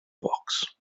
box